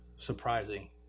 surprising